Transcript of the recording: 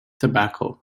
tobacco